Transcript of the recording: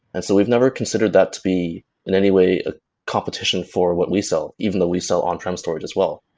and so we've never considered that to be in any way a competition for what we sell even though we sell on-prem storage as well.